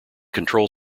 control